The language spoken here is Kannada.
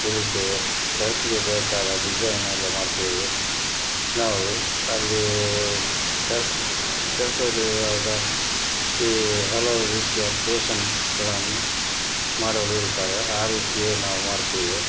ಹೊಲಿತೇವೆ ಶರ್ಟಿಗೆ ಬೇಕಾದ ಡಿಸೈನ್ ಎಲ್ಲ ಮಾಡುತ್ತೇವೆ ನಾವು ಅಲ್ಲಿ ಶರ್ಟ್ ಶರ್ಟ್ ಹೊಲಿಯುವಾಗ ಈ ಹಲವು ರೀತಿಯ ಪೇಶನ್ಗಳನ್ನು ಮಾಡಲು ಳ್ತಾರೆ ಆ ರೀತಿಯೇ ನಾವು ಮಾಡುತ್ತೇವೆ